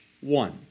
One